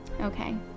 Okay